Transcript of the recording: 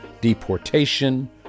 deportation